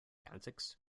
antics